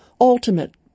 ultimate